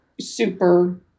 super